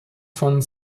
von